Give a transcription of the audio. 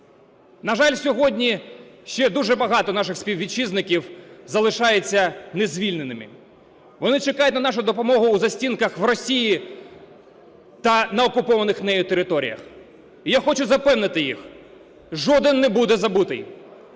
На жаль, сьогодні ще дуже багато наших співвітчизників залишаються не звільненими. Вони чекають на нашу допомогу у застінках в Росії та на окупованих нею територіях. І я хочу запевнити їх: жоден не буде забутий,